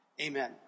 Amen